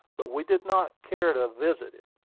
but we did not care to visit it.